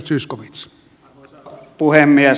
arvoisa puhemies